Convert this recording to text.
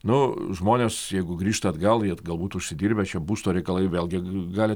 nu žmonės jeigu grįžtų atgal jie galbūt užsidirbę čia būsto reikalai vėlgi gali